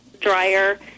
drier